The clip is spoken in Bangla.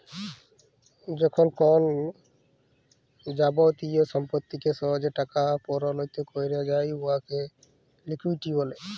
যখল কল যাবতীয় সম্পত্তিকে সহজে টাকাতে পরিলত ক্যরা যায় উয়াকে লিকুইডিটি ব্যলে